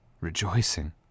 rejoicing